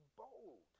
bold